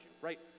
right